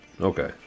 Okay